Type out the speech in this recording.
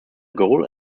goal